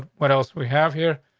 ah what else we have here?